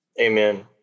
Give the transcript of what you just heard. amen